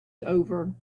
over